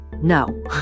No